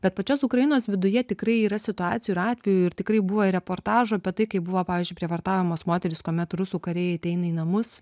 bet pačios ukrainos viduje tikrai yra situacijų ir atvejų ir tikrai buvo ir reportažų apie tai kaip buvo pavyzdžiui prievartaujamos moterys kuomet rusų kariai ateina į namus